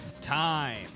time